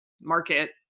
market